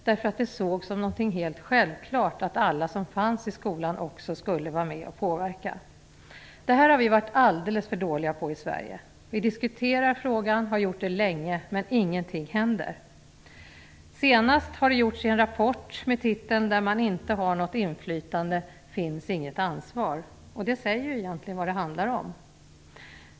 Det sågs som någonting helt självklart att alla som fanns i skolan också skulle vara med och påverka. Det här har vi varit alldeles för dåliga på i Sverige. Vi har diskuterat frågan länge, men ingenting händer. Senast har frågan diskuterats i en rapport med titeln "När man inte har något inflytande finns inget ansvar". Det säger egentligen vad det handlar om.